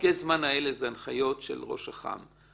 שפרקי הזמן האלה הם הנחיות של ראש אח"מ,